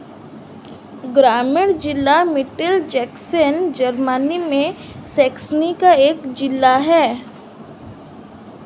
ग्रामीण जिला Mittelsachsen Germany में का एक जिला है